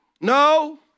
No